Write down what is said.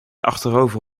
achterover